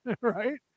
Right